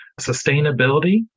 Sustainability